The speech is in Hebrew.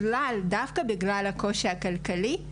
דווקא בגלל הקושי הכלכלי,